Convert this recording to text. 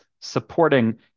supporting